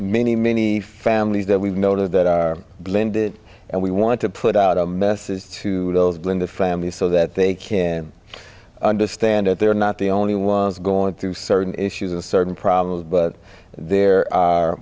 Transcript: many many families that we know that are blended and we want to put out a message to those blended families so that they can understand that they're not the only was going through certain issues a certain problems but there are